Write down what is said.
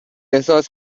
احساس